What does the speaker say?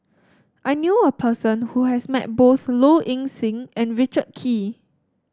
I knew a person who has met both Low Ing Sing and Richard Kee